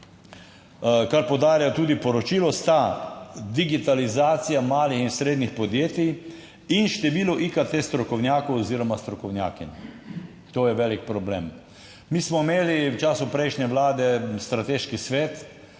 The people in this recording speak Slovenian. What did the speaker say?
kar poudarja tudi poročilo, sta digitalizacija malih in srednjih podjetij in število IKT strokovnjakov oziroma strokovnjakinj. To je velik problem. Mi smo imeli v času prejšnje vlade strateški svet